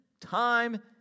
time